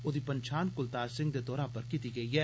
ओह्दी पन्छान कुलतार सिंह दे तौरा पर कीती गेई ऐ